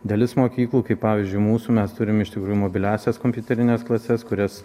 dalis mokyklų kaip pavyzdžiui mūsų mes turim iš tikrųjų mobiliąsias kompiuterines klases kurias